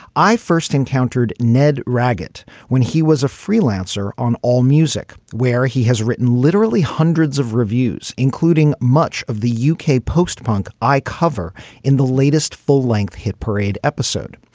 i first encountered ned ragged when he was a freelancer on all music where he has written literally hundreds of reviews including much of the yeah uk post punk i cover in the latest full length hit parade episode.